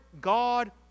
God